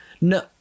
No